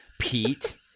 Pete